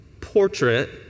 portrait